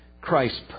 Christ